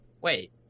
wait